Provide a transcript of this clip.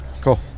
Cool